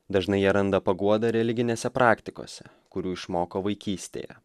dažnai jie randa paguodą religinėse praktikose kurių išmoko vaikystėje